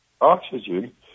Oxygen